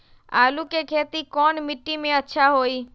आलु के खेती कौन मिट्टी में अच्छा होइ?